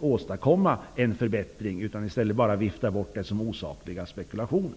åstadkomma en förbättring i stället för att bara vifta bort det som osakliga spekulationer?